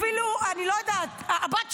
אפילו הבת שלך,